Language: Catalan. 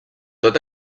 tot